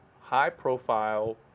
high-profile